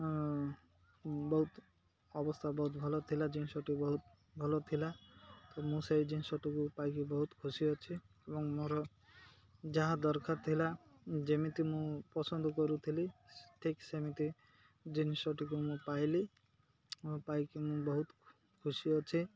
ବହୁତ ଅବସ୍ଥା ବହୁତ ଭଲ ଥିଲା ଜିନିଷଟି ବହୁତ ଭଲ ଥିଲା ତ ମୁଁ ସେହି ଜିନିଷଟିକୁ ପାଇକି ବହୁତ ଖୁସି ଅଛି ଏବଂ ମୋର ଯାହା ଦରକାର ଥିଲା ଯେମିତି ମୁଁ ପସନ୍ଦ କରୁଥିଲି ଠିକ୍ ସେମିତି ଜିନିଷଟିକୁ ମୁଁ ପାଇଲି ପାଇକି ମୁଁ ବହୁତ ଖୁସି ଅଛି